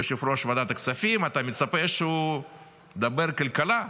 יושב-ראש ועדת הכספים, אתה מצפה שהוא ידבר כלכלה,